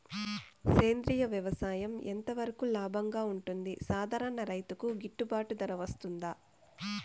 సేంద్రియ వ్యవసాయం ఎంత వరకు లాభంగా ఉంటుంది, సాధారణ రైతుకు గిట్టుబాటు ధర వస్తుందా?